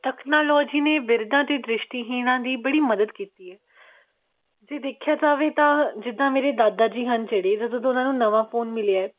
technology ਨੇ ਬਿਰਦਾਂ ਦੀ ਦ੍ਰਿਸ਼ਟੀਹੀਣਾਂ ਦੀ ਬੜੀ ਮਦਦ ਕੀਤੀ ਹੈ ਜੇ ਦੇਖਿਆ ਜਾਵੇ ਤਾਂ ਜਿੱਦਾਂ ਮੇਰੇ ਦਾਦਾ ਜੀ ਹਨ ਜਿਹੜੇ ਜਦੋਂ ਦਾ ਉਹਨਾਂ ਨੂੰ ਨਵਾਂ ਫੋਨ ਮਿਲਿਆ